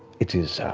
it is